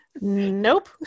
Nope